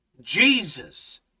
Jesus